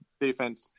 defense